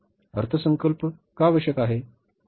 अर्थसंकल्प का आवश्यक आहे